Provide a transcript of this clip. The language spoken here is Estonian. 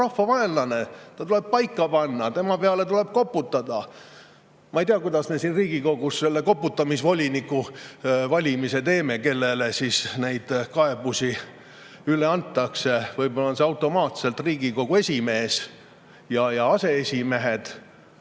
rahvavaenlane. Ta tuleb paika panna, tema peale tuleb koputada! Ma ei tea, kuidas me siin Riigikogus selle koputamisvoliniku valimise teeme, kellele neid kaebusi üle antakse. Võib-olla on selleks automaatselt Riigikogu esimees ja aseesimehed. Te